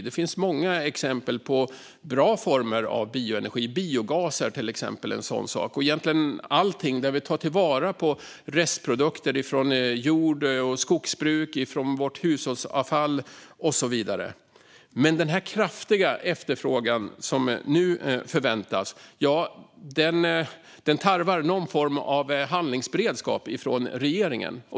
Det finns många exempel på bra former av bioenergi. Biogas är till exempel en sådan sak, liksom egentligen allting där vi tar vara på restprodukter från jord och skogsbruk, från vårt hushållsavfall och så vidare. Men den kraftiga efterfrågan som nu förväntas tarvar någon form av handlingsberedskap från regeringen.